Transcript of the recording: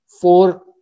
four